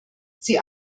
sie